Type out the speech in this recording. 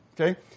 Okay